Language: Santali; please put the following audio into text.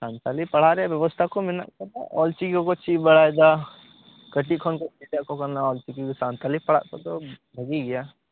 ᱥᱟᱱᱛᱟᱞᱤ ᱯᱟᱲᱦᱟᱜ ᱨᱮᱱᱟᱜ ᱵᱮᱵᱚᱥᱛᱷᱟ ᱠᱚ ᱢᱮᱱᱟᱜ ᱟᱠᱟᱫᱟ ᱚᱞᱪᱤᱠᱤ ᱠᱚᱠᱚ ᱪᱮᱫ ᱵᱟᱲᱟᱭᱮᱫᱟ ᱠᱟ ᱴᱤᱡ ᱠᱷᱚᱱ ᱠᱚ ᱪᱮᱫ ᱟᱠᱚ ᱠᱟᱱᱟ ᱚᱞ ᱪᱤᱠᱤ ᱫᱚ ᱥᱟᱱᱛᱷᱟᱞᱤ ᱯᱟᱲᱦᱟᱜ ᱠᱚᱫᱚ ᱵᱷᱟᱜᱮ ᱜᱮᱭᱟ